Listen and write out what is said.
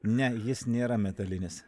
ne jis nėra metalinis